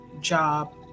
job